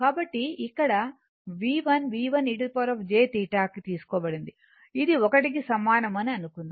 కాబట్టి ఇక్కడ V1 V1 e jθ గా తీసుకోబడింది ఇది 1 కు సమానం అని అనుకుందాం